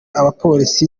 abapolisi